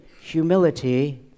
humility